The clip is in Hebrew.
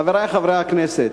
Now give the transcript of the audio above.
חברי חברי הכנסת,